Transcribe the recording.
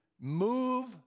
move